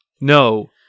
No